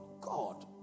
God